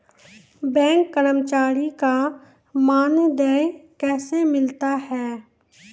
Bank कर्मचारी का मानदेय कैसे मिलता हैं?